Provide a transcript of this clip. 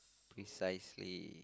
precisely